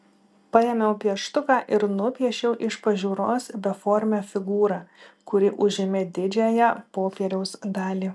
paėmiau pieštuką ir nupiešiau iš pažiūros beformę figūrą kuri užėmė didžiąją popieriaus dalį